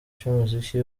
cy’umuziki